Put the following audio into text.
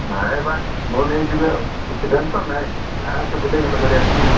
ନାଇଁ ପା ମୁଁ ନେଇଯିବି ଆଉ କିଛି ଟେନସନ୍ ନାହିଁ ଆରମ୍ସେ ବୁଲେଇକିନା ଧରି ଆସିବି